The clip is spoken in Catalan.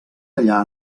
allà